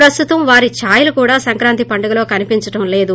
ప్రస్తుతం వారి ఛాయలు కూడా సంక్రాంతి పండుగలో కనిపించడం లేదు